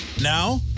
Now